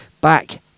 back